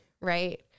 right